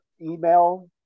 email